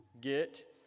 Get